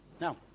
Now